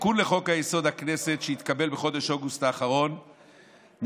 בתיקון לחוק-יסוד: הכנסת שהתקבל בחודש אוגוסט האחרון נקבע